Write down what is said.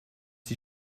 die